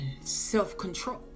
self-control